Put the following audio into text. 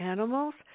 Animals